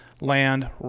land